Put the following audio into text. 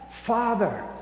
father